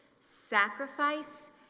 sacrifice